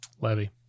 Levy